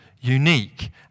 unique